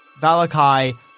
Valakai